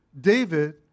David